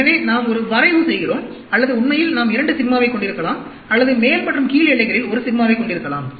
எனவே நாம் ஒரு வரைவு செய்கிறோம் அல்லது உண்மையில் நாம் 2 சிக்மாவைக் கொண்டிருக்கலாம் அல்லது மேல் மற்றும் கீழ் எல்லைகளில் 1 சிக்மாவைக் கொண்டிருக்கலாம்